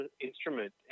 instrument